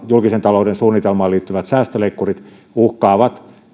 julkisen talouden suunnitelmaan liittyvät säästöleikkurit uhkaavat